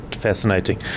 fascinating